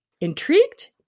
Intrigued